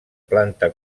planta